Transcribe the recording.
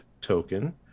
token